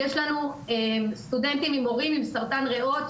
יש לנו סטודנטים עם הורים עם סרטן ריאות